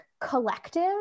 collective